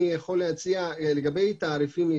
לגבי תעריפים.